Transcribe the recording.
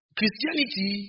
Christianity